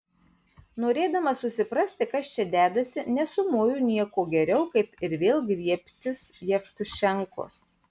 norėdamas susiprasti kas čia dedasi nesumoju nieko geriau kaip ir vėl griebtis jevtušenkos